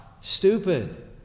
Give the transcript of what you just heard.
stupid